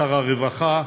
שר הרווחה,